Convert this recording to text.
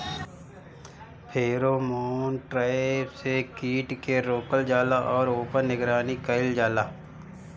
Pheromone trap से कीट के रोकल जाला और ऊपर निगरानी कइल जाला?